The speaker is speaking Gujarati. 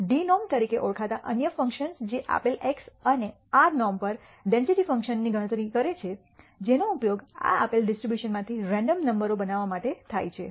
ડી નોર્મ તરીકે ઓળખાતા અન્ય ફંક્શન્સ છે જે આપેલ x અને આર નોર્મ પર ડેન્સિટી ફંક્શનની ગણતરી કરે છે જેનો ઉપયોગ આ આપેલ ડિસ્ટ્રીબ્યુશન માંથી રેન્ડમ નંબરો બનાવવા માટે થાય છે